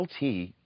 LT